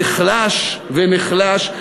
נחלש ונחלש?